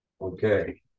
okay